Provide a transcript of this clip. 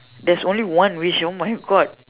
there's only one wish oh my God